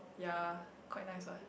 ya quite nice [what]